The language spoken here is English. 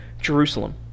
Jerusalem